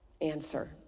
answer